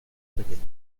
pequeño